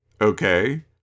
okay